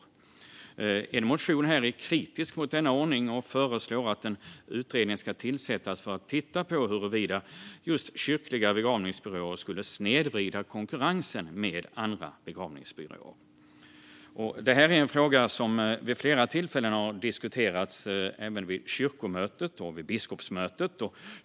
I en motion är man kritisk mot denna ordning och föreslår att en utredning ska tillsättas för att titta på huruvida just kyrkliga begravningsbyråer skulle snedvrida konkurrensen i relation till andra begravningsbyråer. Detta är en fråga som vid flera tillfällen har diskuterats även vid kyrkomötet och biskopsmötet.